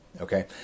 okay